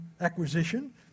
Acquisition